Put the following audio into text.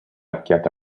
occhiata